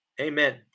Amen